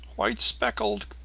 white speckled,